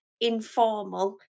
informal